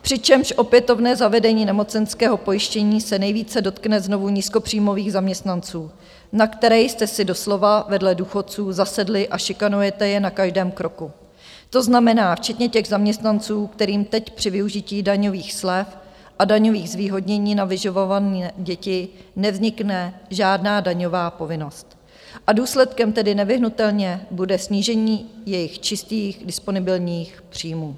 Přičemž povinné zavedení nemocenského pojištění se nejvíce dotkne znovu nízkopříjmových zaměstnanců, na které jste si doslova vedle důchodců zasedli a šikanujete je na každém kroku, to znamená včetně těch zaměstnanců, kterým teď při využití daňových slev a daňových zvýhodnění na vyživované děti nevznikne žádná daňová povinnost, a důsledkem tedy nevyhnutelně bude snížení jejich čistých disponibilních příjmů.